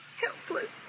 Helpless